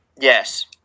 yes